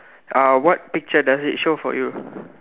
uh what picture does it show for you